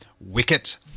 Wicket